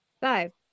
Five